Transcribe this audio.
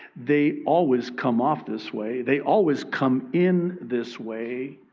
they always come off this way. they always come in this way.